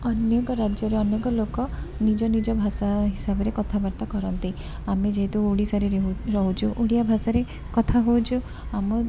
ଅନେକ ରାଜ୍ୟରେ ଅନେକ ଲୋକ ନିଜ ନିଜ ଭାଷା ହିସାବରେ କଥାବାର୍ତ୍ତା କରନ୍ତି ଆମେ ଯେହେତୁ ଓଡ଼ିଶାରେ ରହୁଛୁ ଓଡ଼ିଆ ଭାଷାରେ କଥା ହେଉଛୁ ଆମ